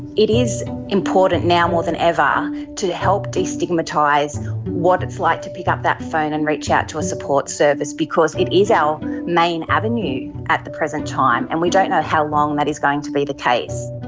it is important now more than ever to help de-stigmatise what it's like to pick up that phone and reach out to a support service because it is our main avenue at the present time and we don't know how long that is going to be the case.